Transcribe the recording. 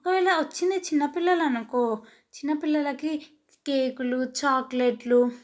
ఒకవేళ వచ్చింది చిన్నపిల్లలు అనుకో చిన్నపిల్లలకి కేకులు చాక్లెట్లు